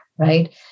right